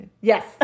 Yes